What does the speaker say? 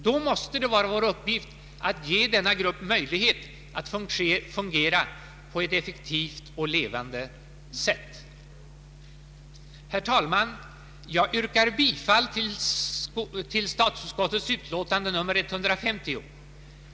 Då måste det vara vår uppgift att ge denna grupp möjlighet att fungera på ett effektivt och levande sätt. Herr talman! Jag yrkar bifall till statsutskottets utlåtande nr 150.